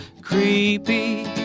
creepy